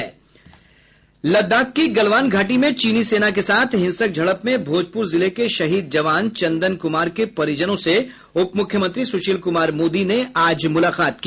लद्दाख की गलवान घाटी में चीनी सेना के साथ हिंसक झड़प में भोजपुर जिले के शहीद जवान चंदन कुमार के परिजनों से उप मुख्यमंत्री सुशील कुमार मोदी ने आज मुलाकात की